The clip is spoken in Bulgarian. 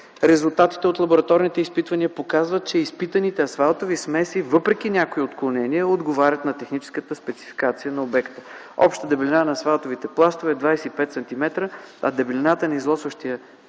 резултатите от лабораторните изпитвания показват, че изпитаните асфалтови смеси, въпреки някои отклонения, отговарят на техническата спецификация на обекта. Общата дебелина на асфалтовите пластове е 25 см, а дебелината на износващия пласт от